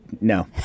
no